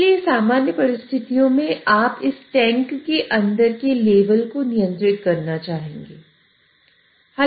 इसलिए सामान्य परिस्थितियों में आप इस टैंक के अंदर के लेवल को नियंत्रित करना चाहेंगे